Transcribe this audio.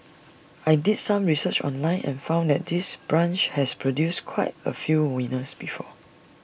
I did some research online and found that this branch has produced quite A few winners before